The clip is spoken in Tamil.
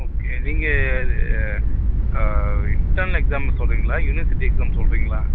ஓகே நீங்கள் இன்டெர்னல் எக்ஸாமை சொல்கிறீங்களா யுனிவெர்சிட்டி எக்ஸாம் சொல்கிறீங்களா